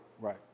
Right